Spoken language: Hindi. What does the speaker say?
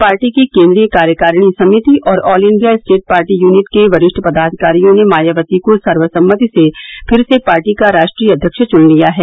पार्टी की केन्द्रीय कार्यकारिणी समिति और all India state party unit के वरिष्ठ पदाधिकारियों ने मायावती को सर्वसम्मति से फिर से पार्टी का राष्ट्रीय अध्यक्ष चुन लिया है